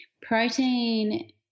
Protein